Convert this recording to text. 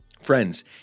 Friends